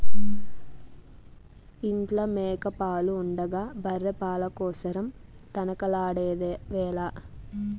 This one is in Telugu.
ఇంట్ల మేక పాలు ఉండగా బర్రె పాల కోసరం తనకలాడెదవేల